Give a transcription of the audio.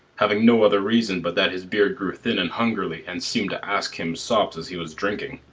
having no other reason but that his beard grew thin and hungerly and seem'd to ask him sops as he was drinking.